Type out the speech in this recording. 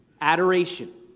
Adoration